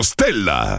Stella